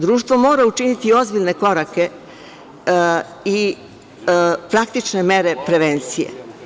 Društvo mora učiniti ozbiljne korake i praktične mere prevencije.